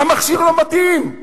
המכשיר לא מתאים.